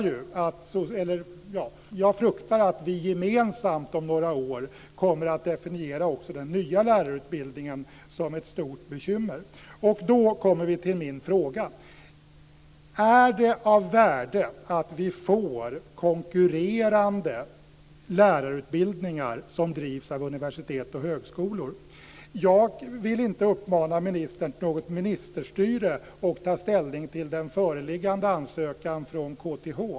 Jag fruktar att vi gemensamt om några år kommer att definiera också den nya lärarutbildningen som ett stort bekymmer. Då kommer vi till min fråga: Är det av värde att vi får konkurrerande lärarutbildningar som drivs av universitet och högskolor? Jag vill inte uppmana ministern till något ministerstyre i form av att ta ställning till den föreliggande ansökan från KTH.